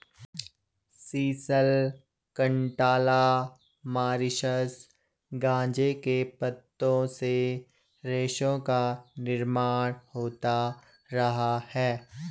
sisal, cantala, Mauritius गांजे के पत्तों से रेशों का निर्माण होता रहा है